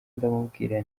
ndamubwira